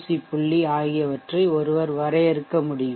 C புள்ளி ஆகியவற்றை ஒருவர் வரையறுக்க முடியும்